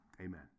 Amen